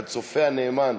הצופה הנאמן,